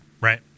Right